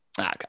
Okay